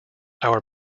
our